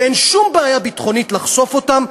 שאין שום בעיה ביטחונית לחשוף אותם,